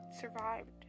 survived